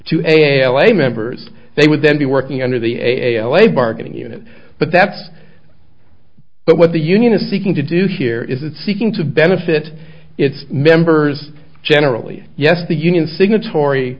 to a l a members they would then be working under the a l a bargaining unit but that's but what the union is seeking to do here is its seeking to benefit its members generally yes the union signatory